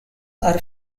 are